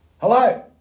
Hello